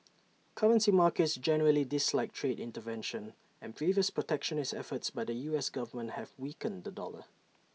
currency markets generally dislike trade intervention and previous protectionist efforts by the U S Government have weakened the dollar